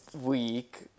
week